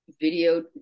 video